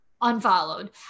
unfollowed